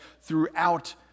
throughout